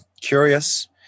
curious